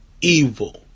evil